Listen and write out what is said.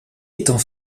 étant